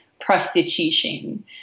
prostitution